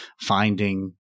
finding